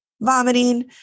vomiting